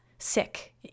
sick